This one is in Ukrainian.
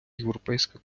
європейська